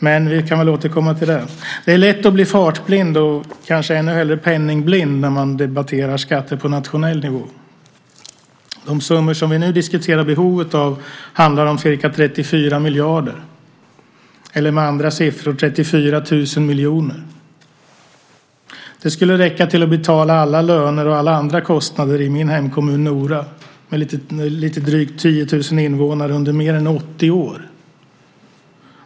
Men vi kan återkomma till det. Det är lätt att bli fartblind, och kanske ännu hellre penningblind, när man debatterar skatter på nationell nivå. De summor som vi nu diskuterar behovet av handlar om ca 34 miljarder, eller med andra ord 34 000 miljoner. Det skulle räcka till att betala alla löner och alla andra kostnader i min hemkommun Nora med lite drygt 10 000 invånare under mer än 80 år.